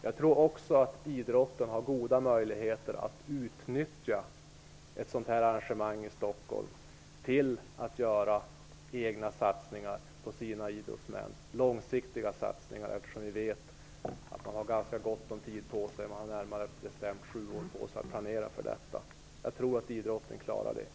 Jag tror också att idrotten har goda möjligheter att utnyttja ett sådant här arrangemang i Stockholm för att göra egna satsningar på sina idrottsmän. Det kan bli tal om långsiktiga satsningar. Vi vet ju att de har ganska gott om tid, närmare bestämt sju år, på sig att planera för detta. Jag tror att idrotten klarar detta.